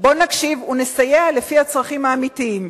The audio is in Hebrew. בואו נקשיב ונסייע לפי הצרכים האמיתיים.